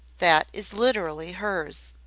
that is literally hers.